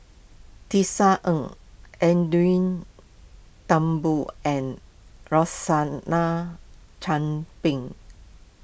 Tisa Ng Edwin Thumboo and Rosaline Chan Ping